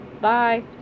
Bye